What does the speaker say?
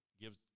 gives